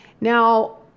Now